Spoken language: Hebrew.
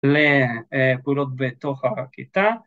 ‫לפעולות בתוך הכיתה.